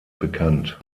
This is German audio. bekannt